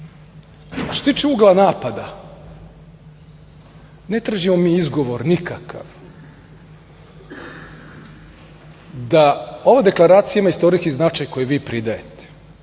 se tiče ugla napada, ne tražimo mi izgovor nikakav. Da ova deklaracija ima istorijski značaj koji vi pridajete